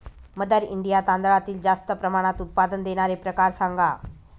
mother India तांदळातील जास्त प्रमाणात उत्पादन देणारे प्रकार सांगा